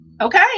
Okay